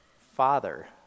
father